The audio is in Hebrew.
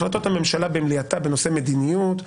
החלטות הממשלה בנושא מדיניות,